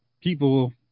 people